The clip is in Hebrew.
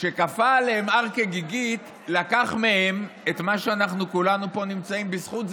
כשכפה עליהם הר כגיגית לקח מהם את מה שאנחנו כולנו פה נמצאים בזכותו,